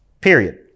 Period